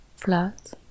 flat